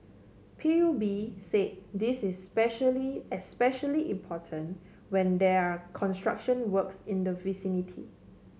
P U B say this is specially especially important when there are construction works in the vicinity